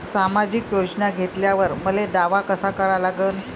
सामाजिक योजना घेतल्यावर मले दावा कसा करा लागन?